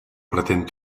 pretén